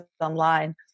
online